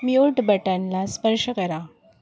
mute बटनला स्पर्श करा